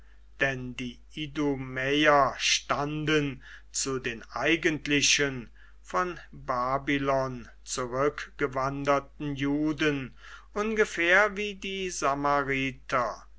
denn die idumäer standen zu den eigentlichen von babylon zurückgewanderten juden ungefähr wie die samariter